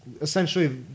Essentially